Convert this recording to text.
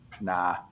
nah